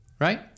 right